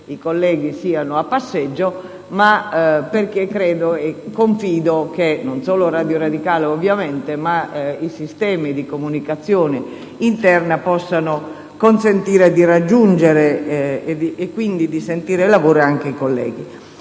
i colleghi siano a passeggio; credo e confido che, non solo Radio Radicale ovviamente, ma i sistemi di comunicazione interna possano consentire di raggiungere anche i colleghi